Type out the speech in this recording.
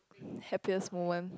happiest moment